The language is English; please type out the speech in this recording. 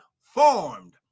formed